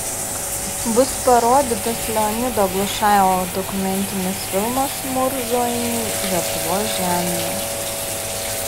bus parodytas leonido glušajevo dokumentinis filmas murzų ainiai lietuvos žemėje